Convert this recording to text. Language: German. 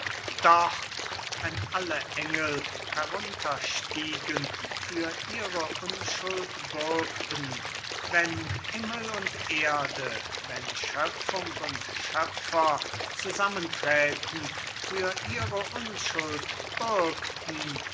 doch wenn alle engel herunter stiegen für ihre unschuld bürgten wenn himmel und erde wenn schöpfung und schöpfer zusammenträten für ihre unschuld